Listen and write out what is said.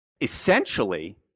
essentially